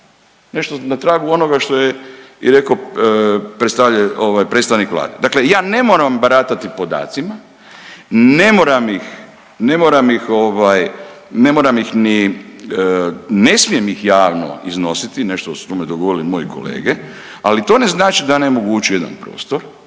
nešto na tragu onoga što je i rekao predstav…, ovaj predstavnik Vlade, dakle ja ne moram baratati podacima, ne moram ih, ne moram ih ovaj, ne moram ih ni, ne smijem ih javno iznositi, nešto su o tome govorili moji kolege, ali to ne znači da ne mogu ući u jedna prostor,